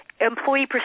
employee